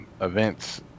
Events